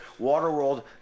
Waterworld